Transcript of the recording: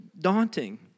daunting